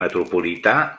metropolità